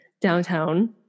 downtown